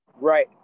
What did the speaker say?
Right